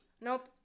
Nope